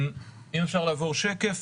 (שקף: